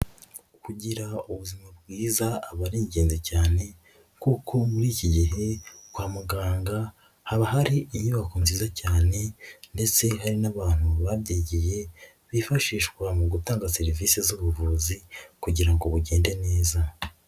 Kugira ubuzima bwiza aba ari igenzi cyane kuko muri iki gihe kwa muganga haba hari inyubako nziza cyane ndetse hari n'abantu babyigiye bifashishwa mu gutanga serivise z'ubuvuzi kugira ngo bugende neza.